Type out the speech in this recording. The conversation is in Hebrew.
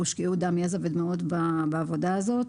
הושקעו דם, יזע ודמעות בעבודה הזאת.